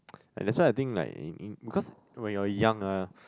that's why I think like in in because when you're young ah